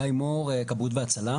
אני גיא מור, מכבאות והצלה.